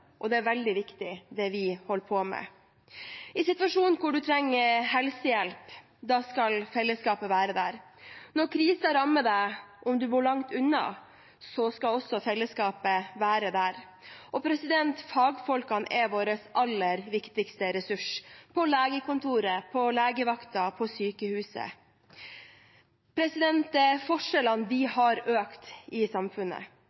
og det er veldig viktig, det vi holder på med. I situasjoner hvor man trenger helsehjelp, skal fellesskapet være der. Om krisen rammer når man bor langt unna, skal også fellesskapet være der. Fagfolkene er vår aller viktigste ressurs – på legekontoret, på legevakten, på sykehuset. Forskjellene i samfunnet